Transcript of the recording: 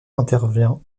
intervient